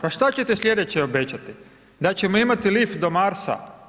Pa što ćete sljedeće obećati, da ćemo imati lift do Marsa?